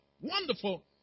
wonderful